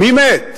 מי מת?